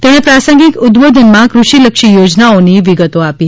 તેમણે પ્રાસંગિક ઉદબોધનમાં કૃષિ લક્ષી યોજનાઓની વિગતો આપી